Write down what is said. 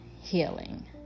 healing